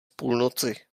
půlnoci